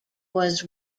was